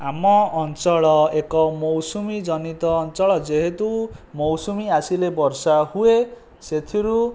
ଆମ ଅଞ୍ଚଳ ଏକ ମୌସୁମୀ ଜନିତ ଅଞ୍ଚଳ ଯେହେତୁ ମୌସୁମୀ ଆସିଲେ ବର୍ଷା ହୁଏ ସେଥିରୁ